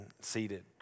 seated